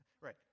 right